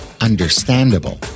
understandable